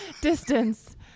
Distance